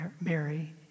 Mary